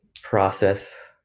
process